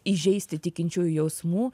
įžeisti tikinčiųjų jausmų